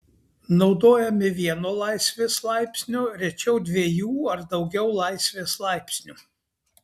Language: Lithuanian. naudojami vieno laisvės laipsnio rečiau dviejų ar daugiau laisvės laipsnių